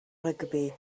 rygbi